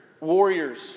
warriors